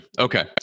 Okay